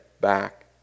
back